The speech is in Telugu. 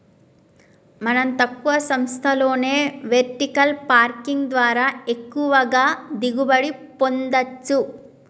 మనం తక్కువ స్థలంలోనే వెర్టికల్ పార్కింగ్ ద్వారా ఎక్కువగా దిగుబడి పొందచ్చు